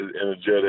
energetic